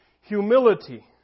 Humility